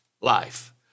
life